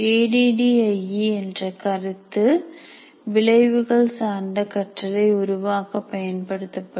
A D D I E என்ற கருத்து விளைவுகள் சார்ந்த கற்றலை உருவாக்க பயன்படுத்தப்படும்